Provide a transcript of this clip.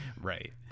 Right